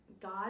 God